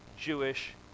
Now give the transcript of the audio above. Jewish